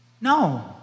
No